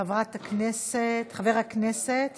חבר הכנסת